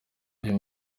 uyu